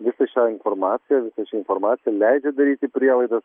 visą šią informaciją ši informacija leidžia daryti prielaidas